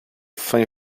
fin